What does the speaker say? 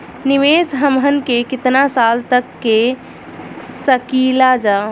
निवेश हमहन के कितना साल तक के सकीलाजा?